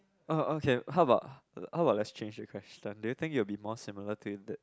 oh okay how about how about let's change the question do you think you will be more similar to the